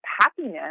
happiness